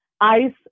ice